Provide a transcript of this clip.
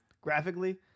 graphically